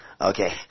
Okay